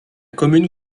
commune